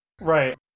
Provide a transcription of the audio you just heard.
Right